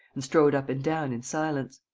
and strode up and down in silence.